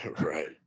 Right